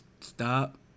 stop